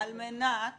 על מנת